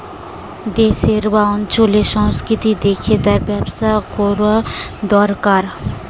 দেশের বা অঞ্চলের সংস্কৃতি দেখে তার ব্যবসা কোরা দোরকার